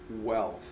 wealth